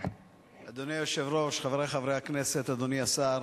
אדוני היושב-ראש, חברי חברי הכנסת, אדוני השר,